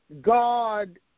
God